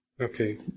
okay